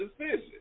decision